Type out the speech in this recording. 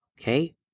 okay